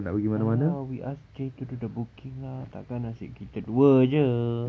!alah! we ask jay to do the booking ah takkan asyik kita dua jer